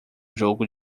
jogo